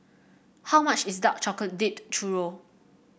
how much is Dark Chocolate Dipped Churro